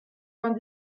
vingt